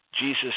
Jesus